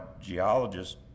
geologists